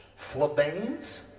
Flabanes